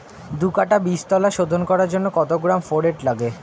দু কাটা বীজতলা শোধন করার জন্য কত গ্রাম ফোরেট লাগে?